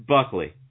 Buckley